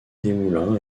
desmoulins